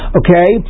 okay